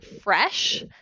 fresh